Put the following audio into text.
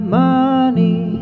money